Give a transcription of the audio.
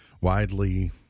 widely